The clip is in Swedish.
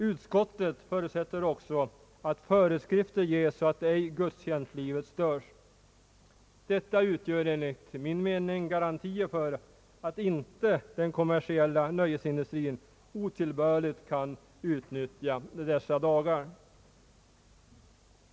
Utskottet förutsätter också att föreskrifter ges så att ej gudstjänstlivet störs. Detta utgör enligt min mening garanti för att den kommersiella nöjesindustrin inte otillbörligt kan utnyttja dessa dagar.